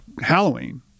Halloween